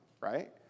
right